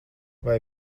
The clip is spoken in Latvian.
vai